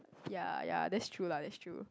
ya ya that's true lah that's true